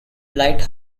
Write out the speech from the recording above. light